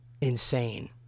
insane